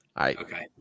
Okay